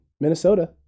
Minnesota